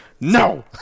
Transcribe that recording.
No